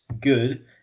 good